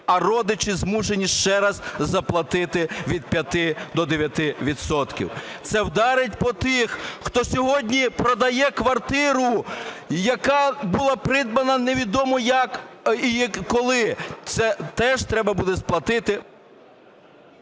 а родичі змушені ще раз заплатити від 5 до 9 відсотків. Це вдарить по тих, хто сьогодні продає квартиру, яка була придбана невідомо як і коли. Це теж треба буде сплатити...